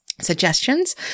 Suggestions